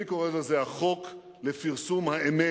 אני קורא לזה החוק לפרסום האמת.